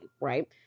right